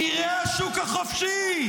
אבירי השוק החופשי.